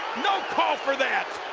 no call for that.